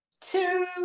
two